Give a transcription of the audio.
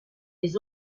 des